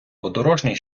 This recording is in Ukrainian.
подорожній